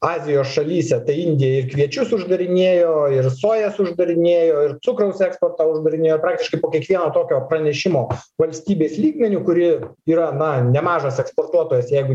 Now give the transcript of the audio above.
azijos šalyse tai indija ir kviečius uždarinėjo ir sojas uždarinėjo ir cukraus eksportą uždarinėjo praktiškai po kiekvieno tokio pranešimo valstybės lygmeniu kuri yra na nemažas eksportuotojas jeigu